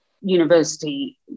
university